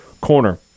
Corner